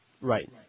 Right